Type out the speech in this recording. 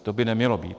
To by nemělo být.